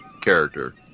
character